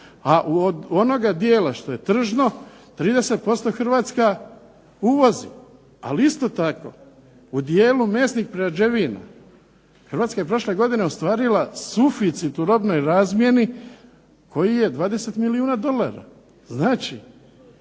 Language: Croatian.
A od onoga dijela što je tržno 30% Hrvatska uvozi. Ali isto tako u dijelu mesnih prerađevina, Hrvatska je prošle godine ostvarila suficit u robnoj razmjeni koji je 20 milijuna dolara. Znači